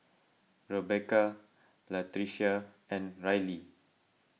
Rebeca Latricia and Rylee